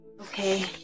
Okay